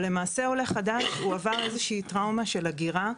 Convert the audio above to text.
אבל עולה חדש עבר איזושהי טראומה של הגירה,